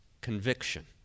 conviction